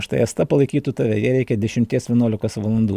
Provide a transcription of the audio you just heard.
štai asta palaikytų tave jai reikia dešimties vienuolikos valandų